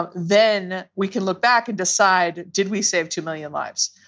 ah then we can look back and decide, did we save two million lives?